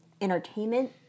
entertainment